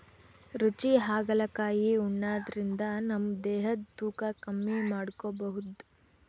ರುಚಿ ಹಾಗಲಕಾಯಿ ಉಣಾದ್ರಿನ್ದ ನಮ್ ದೇಹದ್ದ್ ತೂಕಾ ಕಮ್ಮಿ ಮಾಡ್ಕೊಬಹುದ್